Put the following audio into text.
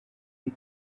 you